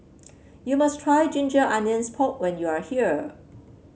you must try Ginger Onions Pork when you are here